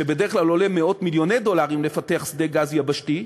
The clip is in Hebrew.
כשבדרך כלל עולה מאות-מיליוני דולרים לפתח שדה גז יבשתי,